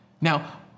Now